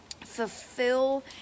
fulfill